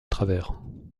travers